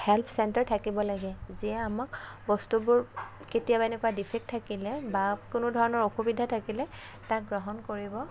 help centre থাকিব লাগে যিয়ে আমাক বস্তুবোৰ কেতিয়াবা এনেকুৱা ডিফেক্ট থাকিলে বা কোনো ধৰণৰ অসুবিধা থাকিলে তাক গ্ৰহণ কৰিব